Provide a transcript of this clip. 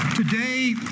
Today